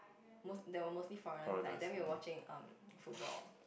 most there were mostly foreigners inside then we were watching um football